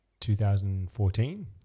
2014